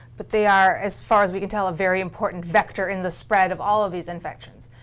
but they are, as far as we can tell, a very important vector in the spread of all of these infections.